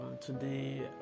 today